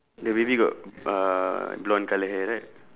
the baby got uh blonde colour hair right